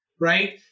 right